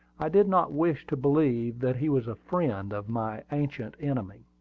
i did not wish to believe that he was a friend of my ancient enemy.